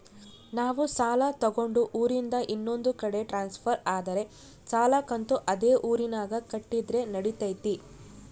ನಾವು ಸಾಲ ತಗೊಂಡು ಊರಿಂದ ಇನ್ನೊಂದು ಕಡೆ ಟ್ರಾನ್ಸ್ಫರ್ ಆದರೆ ಸಾಲ ಕಂತು ಅದೇ ಊರಿನಾಗ ಕಟ್ಟಿದ್ರ ನಡಿತೈತಿ?